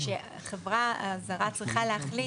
המשמעות היא שהחברה הזרה צריכה להחליט